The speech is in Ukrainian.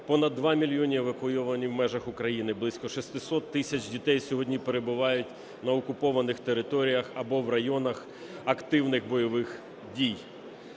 понад 2 мільйони евакуйовані в межах України, близько 600 тисяч дітей сьогодні перебувають на окупованих територіях або в районах активних бойових дій.